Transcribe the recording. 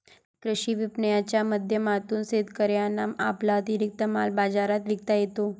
कृषी विपणनाच्या माध्यमातून शेतकऱ्यांना आपला अतिरिक्त माल बाजारात विकता येतो